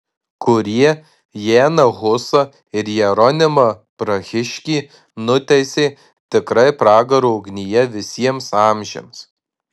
kurie janą husą ir jeronimą prahiškį nuteisė tikrai pragaro ugnyje visiems amžiams